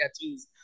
tattoos